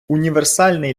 універсальний